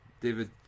David